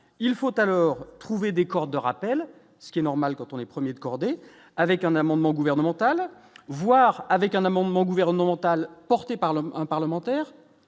il faut alors trouver des cordes de rappel, ce qui est normal quand on est 1er de cordée avec un amendement gouvernemental voir avec un amendement gouvernemental porté par l'homme, un parlementaire